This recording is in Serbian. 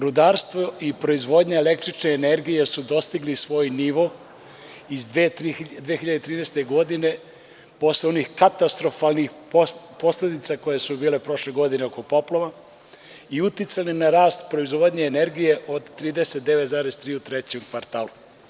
Rudarstvo i proizvodnja električne energije su dostigli svoj nivo iz 2013. godine, a posle onih katastrofalnih posledica koje su bile prošle godine oko poplava, i uticali na rast proizvodnje energije od 39,3 u trećem kvartalu.